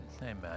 amen